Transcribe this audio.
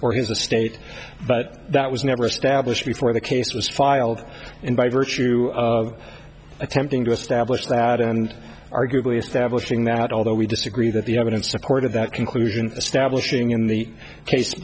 his the state but that was never established before the case was filed in by virtue of attempting to establish that and arguably establishing that although we disagree that the evidence supported that conclusion establishing in the case